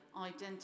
identity